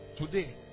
Today